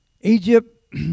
egypt